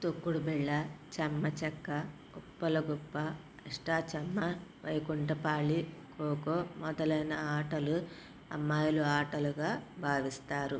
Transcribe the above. తొక్కుడు బిళ్ళ చమ్మచక్క ఉప్పలగుప్ప అష్టా చమ్మా వైకుంఠపాళీ ఖోఖో మొదలైన ఆటలు అమ్మాయిల ఆటలుగా భావిస్తారు